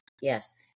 yes